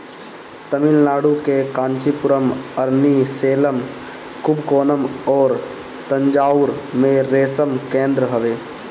तमिलनाडु के कांचीपुरम, अरनी, सेलम, कुबकोणम अउरी तंजाउर में रेशम केंद्र हवे